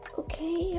okay